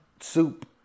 soup